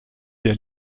der